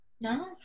No